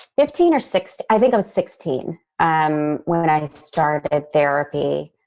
fifteen or sixteen. i think i was sixteen um when when i started therapy.